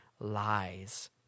lies